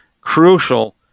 crucial